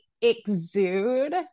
exude